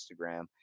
Instagram